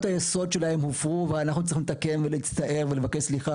היסוד שלהם הופרו ואנחנו צריכים לתקן ולהצטער ולבקש סליחה,